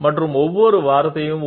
I mean we will find out the x coordinate value of a particular point on the curve